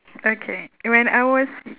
okay when I was